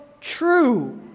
true